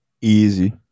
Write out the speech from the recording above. Easy